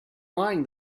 lying